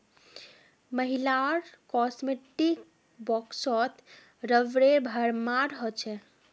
महिलार कॉस्मेटिक्स बॉक्सत रबरेर भरमार हो छेक